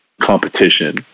competition